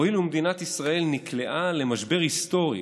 "הואיל ומדינת ישראל נקלעה למשבר היסטורי